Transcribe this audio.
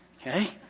okay